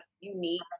unique